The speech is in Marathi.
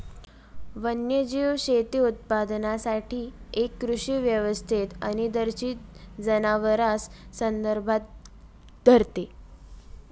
वन्यजीव शेती उत्पादनासाठी एक कृषी व्यवस्थेत अनिर्देशित जनावरांस संदर्भात धरते